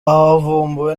havumbuwe